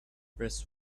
rest